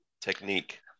technique